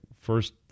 first